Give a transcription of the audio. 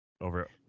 over